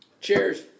Cheers